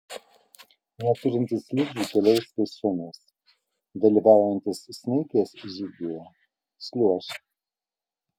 neturintys slidžių keliaus pėsčiomis dalyvaujantys snaigės žygyje šliuoš